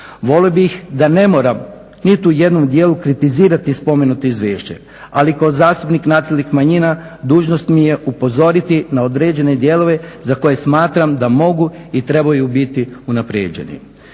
Volio bih da ne mora niti u jednom djelu kritizirati spomenuto izvješće, ali kao zastupnik nacionalnih manjina dužnost mi je upozoriti na određene dijelove za koje smatram da mogu i trebaju biti unaprijeđeni.